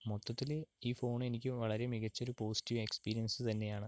മൊത്തത്തില് ഈ ഫോൺ എനിക്ക് വളരെ മികച്ച ഒരു പോസിറ്റീവ് എക്സ്പീരിയൻസ് തന്നെയാണ്